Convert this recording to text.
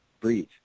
Breathe